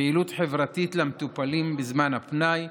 פעילות חברתית למטופלים בזמן הפנאי,